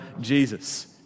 Jesus